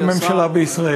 עד שתהיה ממשלה בישראל.